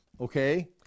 okay